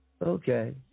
Okay